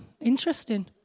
interesting